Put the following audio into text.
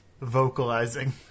Vocalizing